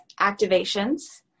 activations